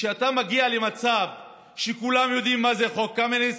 כשאתה מגיע למצב שכולם יודעים מה זה חוק קמיניץ,